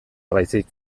baizik